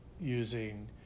using